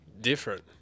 different